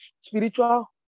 spiritual